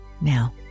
Now